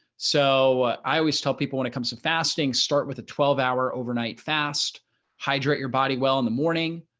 so i always tell people when it comes to fasting, start with a twelve hour overnight fast hydrate your body well in the morning,